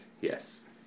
yes